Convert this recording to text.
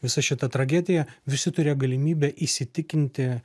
visa šita tragedija visi turėjo galimybę įsitikinti